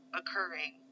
occurring